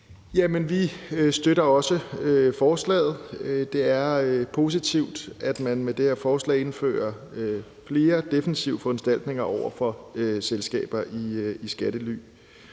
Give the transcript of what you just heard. vi støtter også forslaget. Det er positivt, at man med det her forslag indfører flere defensive foranstaltninger over for selskaber i skattely.